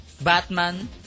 Batman